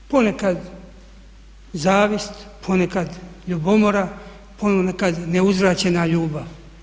Ponekad zavist, ponekad ljubomora, ponekad neuzvraćena ljubav.